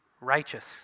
righteous